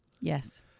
Yes